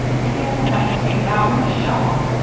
i guess we'll have to take it out with a shovel.